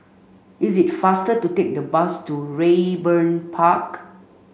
it's faster to take the bus to Raeburn Park